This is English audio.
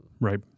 Right